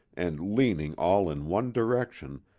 and leaning all in one direction,